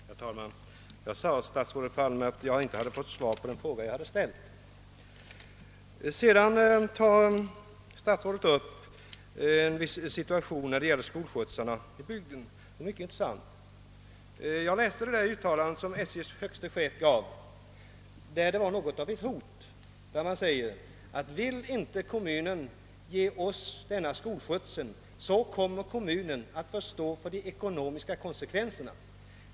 Herr talman! Jag sade, herr statsråd, att jag inte fått svar på den fråga jag hade ställt. Statsrådet Palme tog här upp den mycket intressanta frågan om skolskjutsarna i en bygd. Jag har läst en skrivelse från SJ:s högste chef, där det litet hotfullt säges att om kommunen inte vill låta SJ svara för skolskjutsarna, kommer kommunen att få stå för de ekonomiska konsekvenserna.